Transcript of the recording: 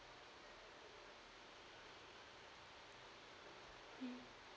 mm